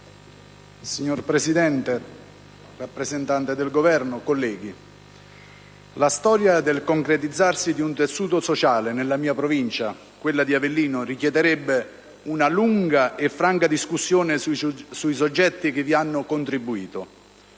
Signora Presidente, rappresentante del Governo, colleghi, la storia del concretizzarsi di un tessuto sociale nella mia provincia, quella di Avellino, richiederebbe una lunga e franca discussione sui soggetti che vi hanno contribuito.